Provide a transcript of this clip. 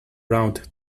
round